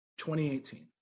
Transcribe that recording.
2018